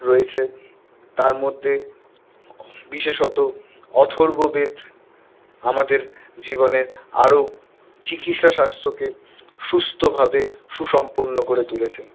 রয়েছে তার মধ্যে বিশেষত অথর্ব বেদ আমাদের জীবনে আরো চিকিৎসা শাস্ত্রকে সুস্থভাবে সুসম্পন্ন করে তুলেছেন